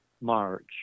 March